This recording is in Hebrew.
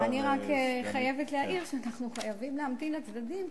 אני רק חייבת להעיר שאנחנו חייבים להמתין לצדדים,